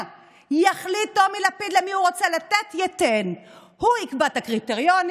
מדינה מרוקנת ממהות יהודית ומערכי מוסר בסיסיים,